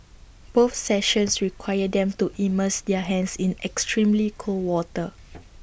both sessions required them to immerse their hands in extremely cold water